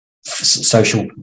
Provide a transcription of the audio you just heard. social